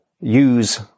use